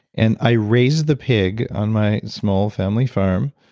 and i raised the pig on my small family farm,